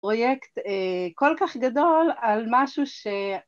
‫פרויקט כל כך גדול על משהו ש...